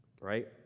right